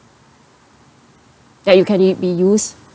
that you can it be used